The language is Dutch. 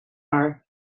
haar